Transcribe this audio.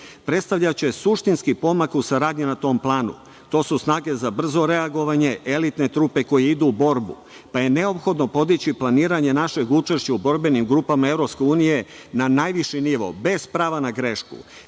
predstavlja će suštinski pomak u saradnji na tom planu. To su snage za brzo reagovanje, elitne trupe koje idu u borbu, pa je neophodno podići planiranje našeg učešća u borbenim grupama EU na najviši nivo, bez prava na grešku,